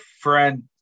friend